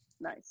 Nice